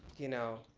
you know,